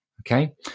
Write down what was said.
okay